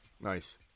Nice